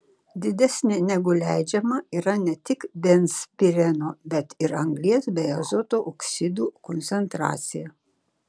didesnė negu leidžiama yra ne tik benzpireno bet ir anglies bei azoto oksidų koncentracija